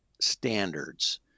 standards